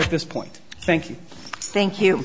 at this point thank you thank you